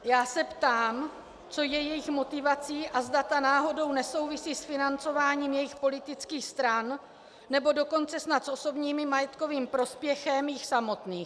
Já se ptám, co je jejich motivací a zda ta náhodou nesouvisí s financováním jejich politických stran, nebo dokonce snad s osobním i majetkovým prospěchem jich samotných.